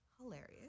hilarious